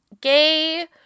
gay